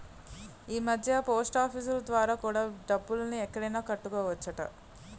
ఈమధ్య పోస్టాఫీసులు ద్వారా కూడా డబ్బుల్ని ఎక్కడైనా కట్టొచ్చట